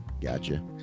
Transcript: gotcha